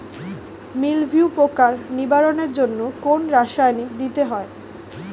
মিলভিউ পোকার নিবারণের জন্য কোন রাসায়নিক দিতে হয়?